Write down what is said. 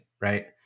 Right